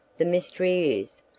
the mystery is,